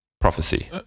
prophecy